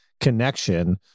connection